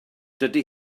dydy